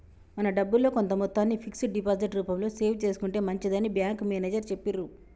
మన డబ్బుల్లో కొంత మొత్తాన్ని ఫిక్స్డ్ డిపాజిట్ రూపంలో సేవ్ చేసుకుంటే మంచిదని బ్యాంకు మేనేజరు చెప్పిర్రు